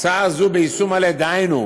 ההצעה הזו ביישום מלא, דהיינו,